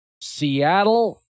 Seattle